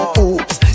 Oops